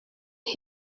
his